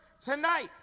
Tonight